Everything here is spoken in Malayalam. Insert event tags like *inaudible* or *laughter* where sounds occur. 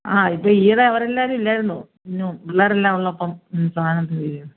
ആ ഇത് ഈയിടെ അവർ എല്ലാവരും ഇല്ലായിരുന്നോ *unintelligible* പിന്നെ പിള്ളേരെല്ലാം ഉള്ളപ്പോൾ സാധനം തീരും